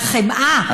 על חמאה,